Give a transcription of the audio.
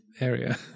area